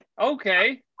okay